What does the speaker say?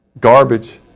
Garbage